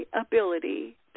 ability